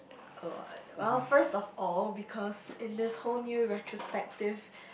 uh well first of all because in this whole new retrospective